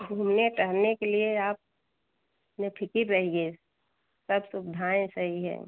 घूमने टहलने के लिए आप बेफ़िक्र रहिए सब सुबधाएँ सही है